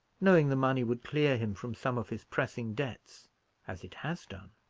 knowing the money would clear him from some of his pressing debts as it has done.